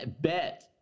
bet